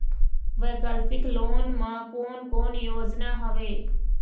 वैकल्पिक लोन मा कोन कोन योजना हवए?